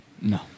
No